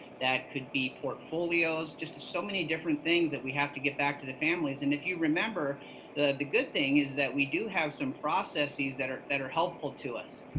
that could be portfolios, just to so many different things that we have to get back to the families and if you remember the the good thing is that we do have some processes that are that are helpful to us.